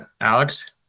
Alex